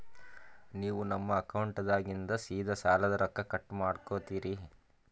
ನೀವು ನಮ್ಮ ಅಕೌಂಟದಾಗಿಂದ ಸೀದಾ ಸಾಲದ ರೊಕ್ಕ ಕಟ್ ಮಾಡ್ಕೋತೀರಿ?